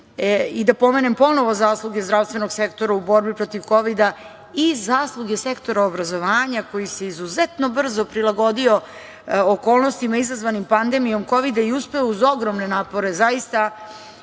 I da pomenem ponovo zasluge zdravstvenog sektora u borbi protiv kovida i zasluge sektora obrazovanja, koji se izuzetno brzo prilagodio okolnostima izazvanim pandemijom kovida i uspeo uz ogromne napore,